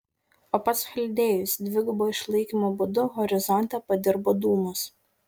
o pats chaldėjus dvigubo išlaikymo būdu horizonte padirbo dūmus